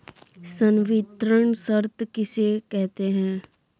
संवितरण शर्त किसे कहते हैं?